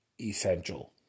essential